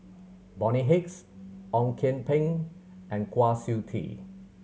Bonny Hicks Ong Kian Peng and Kwa Siew Tee